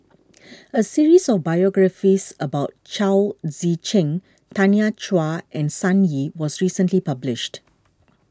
a series of biographies about Chao Tzee Cheng Tanya Chua and Sun Yee was recently published